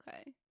Okay